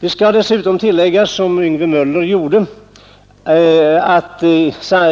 Dessutom skall det tilläggas — som Yngve Möller i Gävle gjorde — att